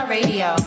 Radio